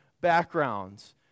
backgrounds